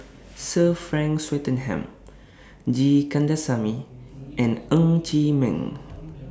Sir Frank Swettenham G Kandasamy and Ng Chee Meng